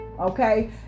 Okay